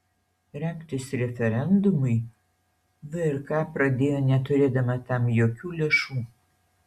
rengtis referendumui vrk pradėjo neturėdama tam jokių lėšų